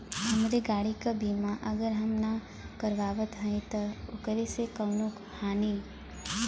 हमरे गाड़ी क बीमा अगर हम ना करावत हई त ओकर से कवनों हानि?